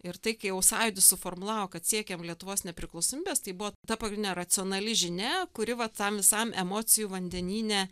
ir tai kai jau sąjūdis suformulavo kad siekiam lietuvos nepriklausomybės tai buvo ta pagrindinė racionali žinia kuri va tam visam emocijų vandenyne